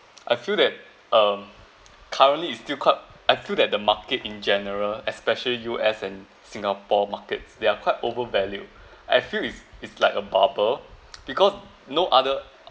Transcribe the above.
I feel that um currently it's still quite I feel that the market in general especially U_S and singapore markets there are quite overvalued I feel is is like a bubble because no other